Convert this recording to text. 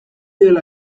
dela